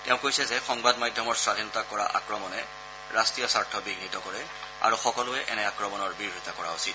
তেওঁ কৈছে যে সংবাদ মাধ্যমৰ স্বাধীনতাক কৰা আক্ৰমণে ৰাষ্ট্ৰীয় স্বাৰ্থ বিঘিত কৰে আৰু সকলোৱে এনে আক্ৰমণৰ বিৰোধিতা কৰা উচিত